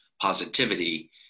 positivity